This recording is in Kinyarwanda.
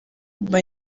mba